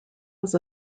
was